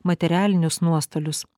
materialinius nuostolius